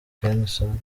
quesnot